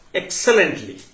excellently